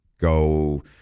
go